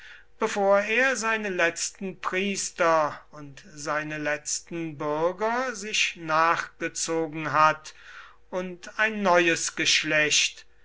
bevor er seine letzten priester und seine letzten bürger sich nachgezogen hat und ein neues geschlecht